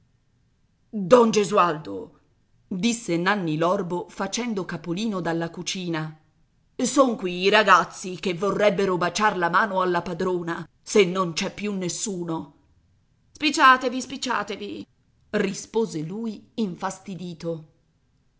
don gesualdo disse nanni l'orbo facendo capolino dalla cucina son qui i ragazzi che vorrebbero baciar la mano alla padrona se non c'è più nessuno spicciatevi spicciatevi rispose lui infastidito